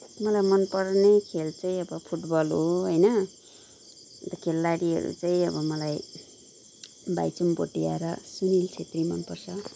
मलाई मनपर्ने खेल चाहिँ अब फुटबल हो होइन अन्त खेलाडीहरू चाहिँ अब मलाई भाइचुङ भोटिया र सुनिल छेत्री मनपर्छ